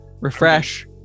refresh